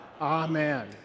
Amen